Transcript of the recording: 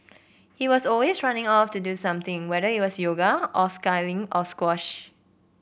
he was always running off to do something whether it was yoga or skiing or squash